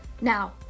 Now